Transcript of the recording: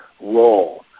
role